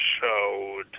showed